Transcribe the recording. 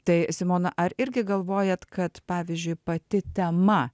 tai simona ar irgi galvojat kad pavyzdžiui pati tema